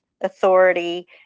authority